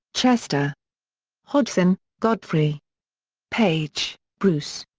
chester hodgson, godfrey page, bruce.